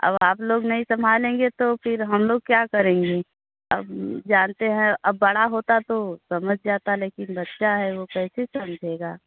अगर आप लोग नहीं संभालेंगे तो फिर हम लोग क्या करेंगे अब जानते हैं अब बड़ा होता तो समझ जाता लेकिन बच्चा है वह कैसे समझेगा